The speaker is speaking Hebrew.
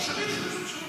הוא שליח של הממשלה.